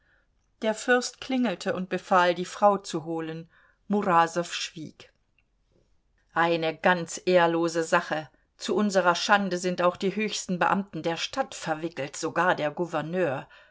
der fürst klingelte und befahl die frau zu holen murasow schwieg eine ganz ehrlose sache zu unserer schande sind auch die höchsten beamten der stadt verwickelt sogar der gouverneur